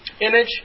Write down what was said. image